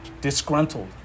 disgruntled